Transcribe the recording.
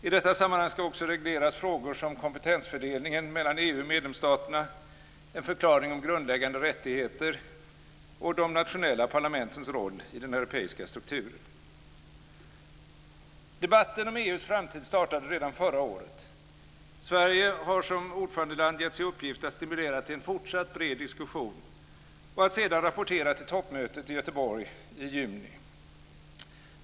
I detta sammanhang ska också regleras frågor som kompetensfördelningen mellan EU och medlemsstaterna, en förklaring om grundläggande rättigheter och de nationella parlamentens roll i den europeiska strukturen. Debatten om EU:s framtid startade redan förra året. Sverige har som ordförandeland getts i uppgift att stimulera till en fortsatt bred diskussion och att sedan rapportera till toppmötet i Göteborg i juni.